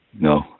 no